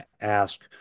ask